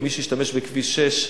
כמי שהשתמש בכביש 6,